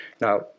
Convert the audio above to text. Now